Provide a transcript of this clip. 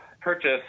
purchase